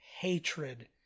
hatred